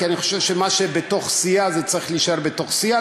כי אני חושב שמה שבתוך סיעה צריך להישאר בתוך סיעה,